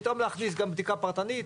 פתאום להכניס גם בדיקה פרטנית.